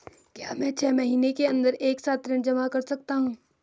क्या मैं छः महीने के अन्दर एक साथ ऋण जमा कर सकता हूँ?